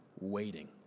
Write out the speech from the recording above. Waiting